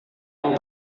yang